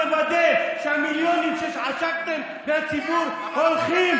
מוודא שהמיליונים שעשקתם מהציבור הולכים -- אבל